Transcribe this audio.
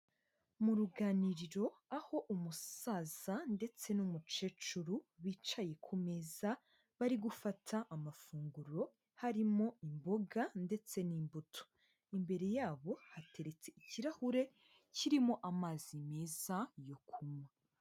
Mu ruganiriro aho umusaza ndetse n'umukecuru, bicaye ku meza bari gufata amafunguro, harimo imboga ndetse n'imbuto. Imbere yabo hateretse ikirahure, kirimo amazi meza yo kunywa.